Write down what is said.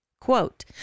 Quote